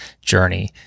journey